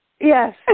Yes